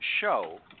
show